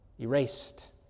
erased